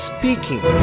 speaking